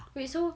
wait so